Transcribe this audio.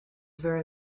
very